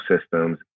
systems